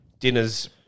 Dinners